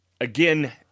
Again